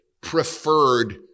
preferred